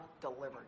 delivered